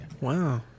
Wow